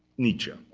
nietzsche.